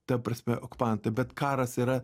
ta prasme okupantai bet karas yra